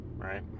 Right